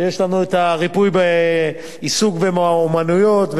שכן יש לנו ריפוי בעיסוק ואומנויות.